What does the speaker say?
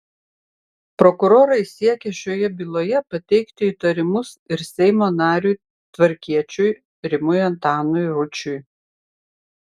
prokurorai siekia šioje byloje pateikti įtarimus ir seimo nariui tvarkiečiui rimui antanui ručiui